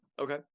Okay